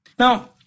Now